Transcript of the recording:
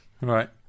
right